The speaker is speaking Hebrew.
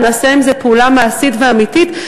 ונעשה עם זה פעולה מעשית ואמיתית.